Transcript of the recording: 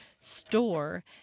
store